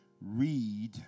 read